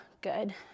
good